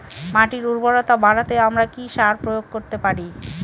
মাটির উর্বরতা বাড়াতে আমরা কি সার প্রয়োগ করতে পারি?